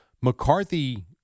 McCarthy